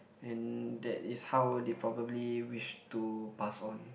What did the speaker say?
and that is how they probably wish to pass on